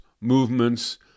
movements